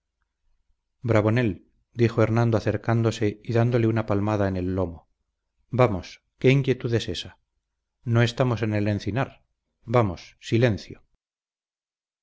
bravonel dijo hernando acercándose y dándole una palmada en el lomo vamos qué inquietud es ésa no estamos en el encinar vamos silencio